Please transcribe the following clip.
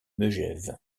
megève